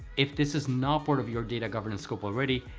if this is not part of your data governance scope already,